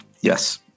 Yes